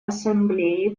ассамблеи